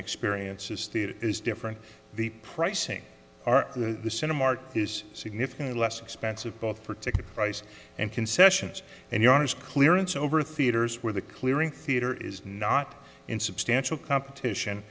experience is theater is different the pricing are the cinema art is significantly less expensive both protect the price and concessions and you are as clearance over theaters where the clearing theatre is not insubstantial competition